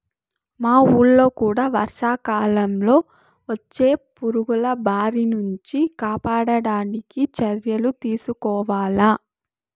మా వూళ్ళో కూడా వర్షాకాలంలో వచ్చే పురుగుల బారి నుంచి కాపాడడానికి చర్యలు తీసుకోవాల